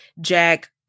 jack